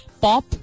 pop